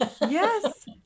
yes